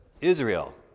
Israel